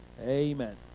Amen